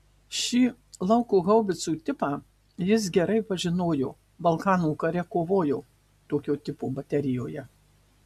šį lauko haubicų tipą jis gerai pažinojo balkanų kare kovojo tokio tipo baterijoje